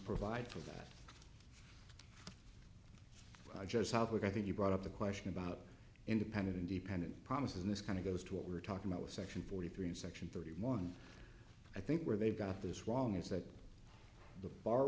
provide for that just how but i think you brought up the question about independent independent promises in this kind of goes to what we're talking about with section forty three of section thirty one i think where they've got this wrong is that the